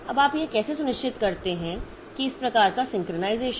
अब आप यह कैसे सुनिश्चित करते हैं कि इस प्रकार का सिंक्रनाइज़ेशन